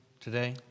today